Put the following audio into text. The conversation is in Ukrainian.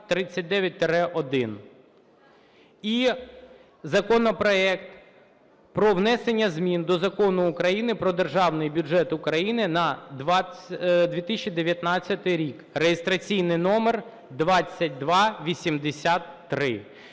і законопроект про внесення змін до Закону України "Про Державний бюджет України на 2019 рік" (реєстраційний номер 2283).